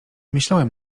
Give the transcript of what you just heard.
myślałem